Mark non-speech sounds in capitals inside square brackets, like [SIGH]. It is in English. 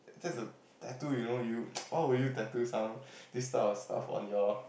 that's a tattoo you know you [NOISE] why would you tattoo some this type of stuff on your